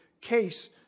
case